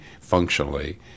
functionally